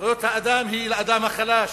זכויות האדם הן לאדם החלש,